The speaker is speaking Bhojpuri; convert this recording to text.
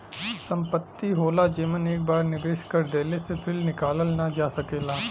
संपत्ति होला जेमन एक बार निवेस कर देले से फिर निकालल ना जा सकेला